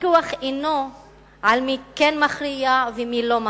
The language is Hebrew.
הוויכוח אינו על מי כן מכריע ומי לא מכריע,